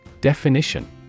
Definition